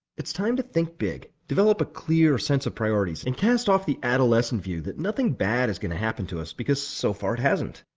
it's time to think big, develop a clear sense of priorities, and cast off the adolescent view that nothing bad is going to happen to us because so far it hasn't.